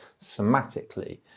somatically